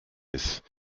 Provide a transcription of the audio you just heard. ist